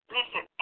Listen